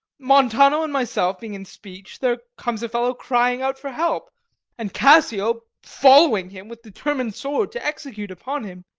montano and myself being in speech, there comes a fellow crying out for help and cassio following him with determin'd sword, to execute upon him.